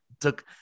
took